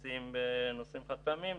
חד-פעמיות: